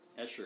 Escher